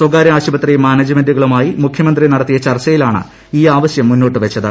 സ്വകാര്യ ആശുപത്രി മാനേജുമെന്റുകളുമായി മുഖ്യമന്ത്രി നടത്തിയ ചർച്ചയിലാണ് ഈ ആവശ്യം മുന്നോട്ട് വെച്ചത്